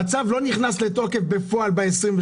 הצו לא נכנס לתוקף בפועל ב-23,